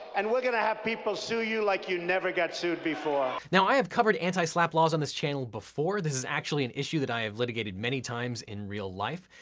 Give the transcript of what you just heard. and we're gonna have people sue you like you never get sued before. now i have covered anti-slapp laws on this channel before. this is actually an issue that i have litigated many times in real life.